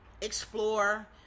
explore